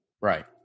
Right